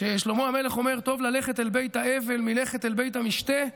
כששלמה המלך אומר: "טוב ללכת אל בית אבל מלכת אל בית משתה"